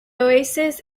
oasis